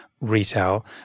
retail